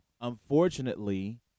unfortunately